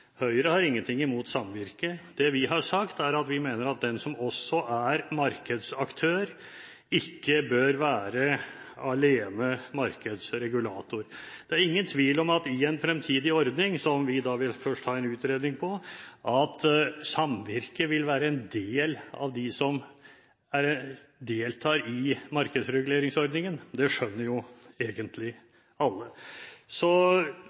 Høyre har ingenting imot samvirket. Det vi har sagt, er at vi mener at den som også er markedsaktør, ikke bør være eneste markedsregulator. Det er ingen tvil om at i en fremtidig ordning, som vi først vil ha en utredning av, vil samvirket være en del av dem som deltar i markedsreguleringsordningen. Det skjønner jo egentlig alle. Så